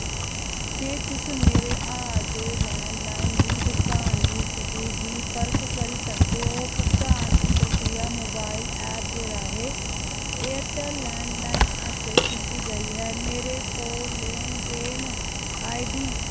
केह् तुस मेरे हाल दे लैंडलाइन बिल भुगतान दी स्थिति दी परख करी सकदे ओ भुगतान दी प्रक्रिया मोबाइल ऐप दे राहें एयरटैल्ल लैंडलाइन आस्तै कीती गेई ही मेरे कोल लैन देन आईडी